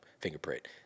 fingerprint